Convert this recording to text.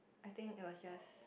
I think it was just